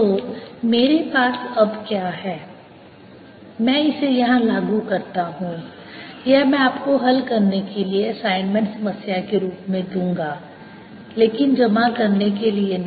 तो मेरे पास अब क्या है मैं इसे यहां लागू करता हूं यह मैं आपको हल करने के लिए असाइनमेंट समस्या के रूप में दूंगा लेकिन जमा करने के लिए नहीं